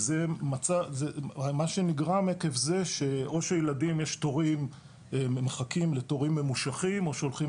ומה שנגרם עקב זה או שמחכים לתורים ממושכים או שהולכים